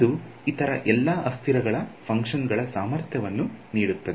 ಅದು ಇತರ ಎಲ್ಲ ಅಸ್ಥಿರಗಳ ಫಂಕ್ಷನ್ಗಳ ಸಾಮರ್ಥ್ಯವನ್ನು ನೀಡುತ್ತದೆ